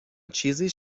چیزیش